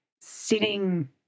sitting